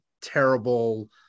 terrible